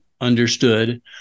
understood